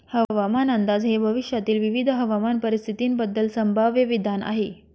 हवामान अंदाज हे भविष्यातील विविध हवामान परिस्थितींबद्दल संभाव्य विधान आहे